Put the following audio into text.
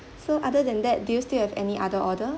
so other than that do you still have any other order